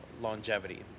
longevity